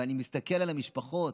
ואני מסתכל על המשפחות.